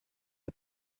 the